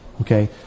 Okay